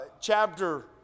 chapter